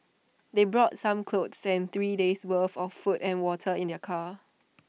they brought some clothes and three days worth of food and water in their car